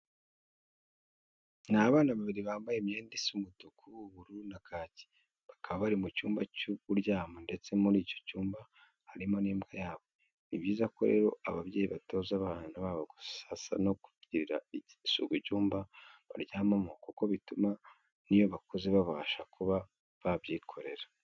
Ni abana babiri bambaye imyenda isa umutuku, ubururu na kake, bakaba bari mu cyumba cy'uburyamo ndetse muri icyo cyumba harimo n'imbwa yabo. Ni byiza ko rero ababyeyi batoza abana babo gusasa no kugirira isuku icyumba baryamamo kuko bituma n'iyo bakuze babasha kuba babyikorera.